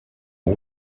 all